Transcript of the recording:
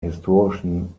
historischen